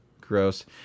Gross